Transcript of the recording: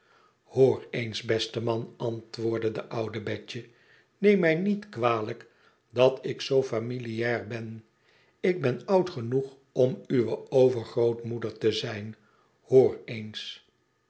luoor eens beste man antwoordde de oude betje neem mij niet kwalijk dat ik zoo familiaar ben ik ben oud genoeg om uwe overgrootmoeder te zijn hoor eens